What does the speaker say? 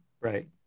right